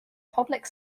public